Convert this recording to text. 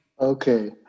Okay